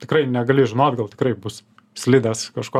tikrai negali žinot gal tikrai bus slidės kažko